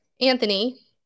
Anthony